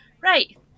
right